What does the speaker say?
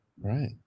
right